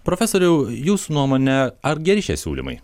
profesoriau jūsų nuomone ar geri šie siūlymai